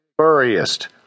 furriest